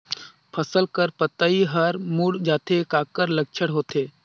फसल कर पतइ हर मुड़ जाथे काकर लक्षण होथे?